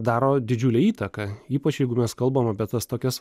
daro didžiulę įtaką ypač jeigu mes kalbam apie tas tokias